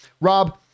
Rob